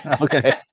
Okay